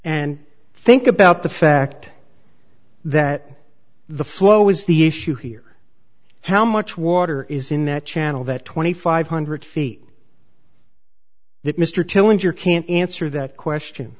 and think about the fact that the flow is the issue here how much water is in that channel that twenty five hundred feet that mr tilling your can't answer that question